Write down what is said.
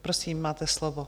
Prosím, máte slovo.